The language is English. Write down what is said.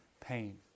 pain